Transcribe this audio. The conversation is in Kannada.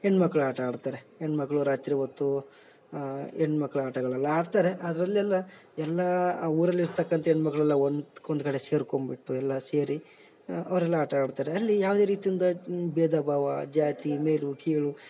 ಹೆಣ್ಮಕ್ಳು ಆಟ ಆಡ್ತಾರೆ ಹೆಣ್ಮಕ್ಕಳು ರಾತ್ರಿ ಹೊತ್ತು ಹೆಣ್ಮಕ್ಳ ಆಟಗಳೆಲ್ಲ ಆಡ್ತಾರೆ ಅದ್ರಲ್ಲೆಲ್ಲ ಎಲ್ಲ ಊರಲ್ಲಿ ಇರ್ತಕ್ಕಂಥ ಹೆಣ್ಮಕ್ಳೆಲ್ಲ ಒಂದು ಒಂದ್ಕಡೆ ಸೇರ್ಕೊಂಬಿಟ್ಟು ಎಲ್ಲ ಸೇರಿ ಅವರೆಲ್ಲ ಆಟ ಆಡ್ತಾರೆ ಅಲ್ಲಿ ಯಾವುದೇ ರೀತಿಯಿಂದ ಭೇದ ಭಾವ ಜಾತಿ ಮೇಲು ಕೀಳು